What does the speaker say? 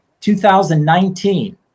2019